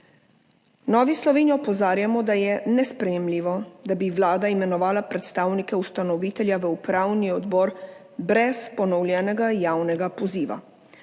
Novi Sloveniji opozarjamo, da je nesprejemljivo, da bi Vlada imenovala predstavnike ustanovitelja v upravni odbor brez ponovljenega javnega poziva.